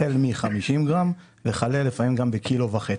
החל מ-50 גרם וכלה לפעמים גם בקילו וחצי.